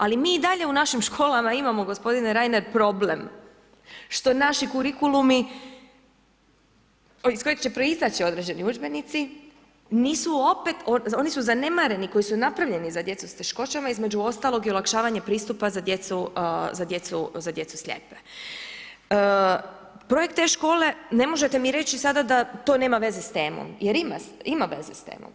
Ali mi i dalje u našim školama imamo gospodine Reiner, problem što naši kurikulumi, iz kojeg će proizaći određeni udžbenici, nisu opet, oni su zanemareni koji su napravljeni za djecu sa teškoćama, između ostalog i olakšavanje pristupa za djecu slijepe. ... te škole, ne možete mi sada da to nema veze s temom jer ima veze s temom.